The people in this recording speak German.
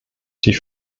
die